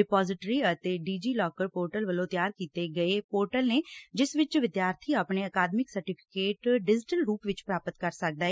depository ਅਤੇ DigiLocker portal ਵਲੋਂ ਤਿਆਰ ਕੀਤੇ ਗਏ ਪੋਰਟਨ ਨੇ ਜਿਸ ਵਿਚ ਵਿਦਿਆਰਥੀ ਆਪਣੇ ਅਕਾਦਮਿਕ ਸਰਟੀਫਿਕੇਟ ਡਿਜੀਟਲ ਰੁਪ ਵਿਚ ਪ੍ਰਾਪਤ ਕਰ ਸਕਦਾ ਏ